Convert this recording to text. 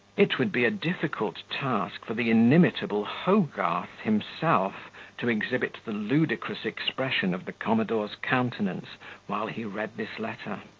it would be a difficult task for the inimitable hogarth himself to exhibit the ludicrous expression of the commodore's countenance while he read this letter.